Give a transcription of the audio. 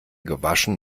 gewaschen